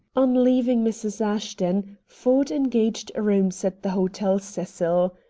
on leaving mrs. ashton, ford engaged rooms at the hotel cecil.